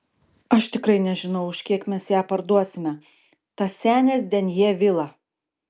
aš tikrai nežinau už kiek mes ją parduosime tą senės denjė vilą